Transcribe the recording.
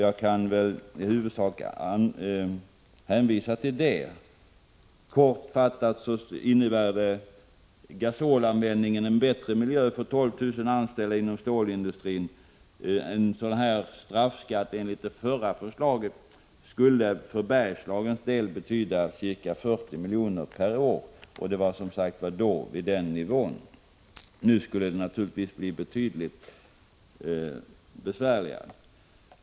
Jag kan i huvudsak hänvisa till det anförandet. Gasolanvändningen innebär en bättre miljö för 12 000 anställda inom stålindustrin. En sådan straffskatt som det förra förslaget innebar skulle för Bergslagens del betyda ca 40 milj.kr. per år vid den då aktuella nivån. Nu skulle det naturligtvis bli mycket besvärligare.